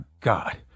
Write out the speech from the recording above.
God